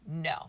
No